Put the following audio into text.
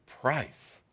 price